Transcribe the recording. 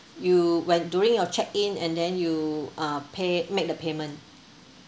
you when during your check in and then you uh pay make the payment